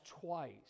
twice